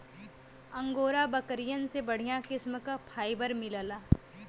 angora बकरियन से बढ़िया किस्म क फाइबर मिलला